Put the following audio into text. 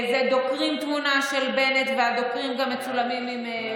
ודוקרים תמונה של בנט והדוקרים גם מצולמים עם ביבי.